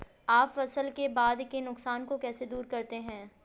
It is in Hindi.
आप फसल के बाद के नुकसान को कैसे दूर करते हैं?